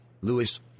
Lewis